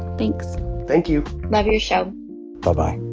thanks thank you love your show bye-bye